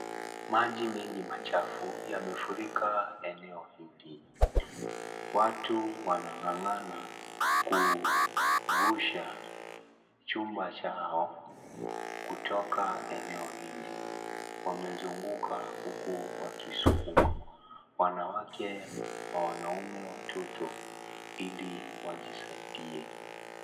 Maji mengi machafu yamefurika eneo hili, watu wanangangana kuvusha chumba chao kutoka eneo hili, wamezunguka huku wakiskuma, wanawake kwa wanaume watoto, ili wajisaide.